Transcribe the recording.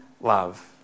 love